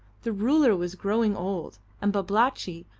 the ruler was growing old, and babalatchi,